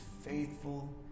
faithful